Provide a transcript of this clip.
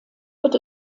wird